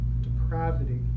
depravity